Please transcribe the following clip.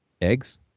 Eggs